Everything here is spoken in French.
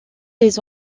les